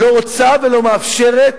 לא רוצה ולא מאפשרת